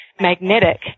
magnetic